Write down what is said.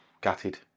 gutted